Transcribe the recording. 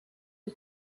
die